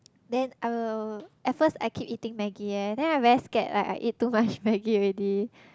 then I will at first I keep eating Maggi eh then I very scared like I eat too much Maggi already